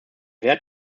wert